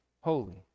holy